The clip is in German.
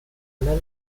einer